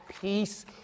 peace